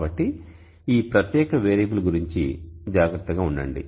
కాబట్టి ఈ ప్రత్యేక వేరియబుల్ గురించి జాగ్రత్తగా ఉండండి